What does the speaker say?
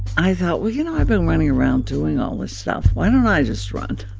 i thought, well, you know, i've been running around doing all this stuff. why don't i just run?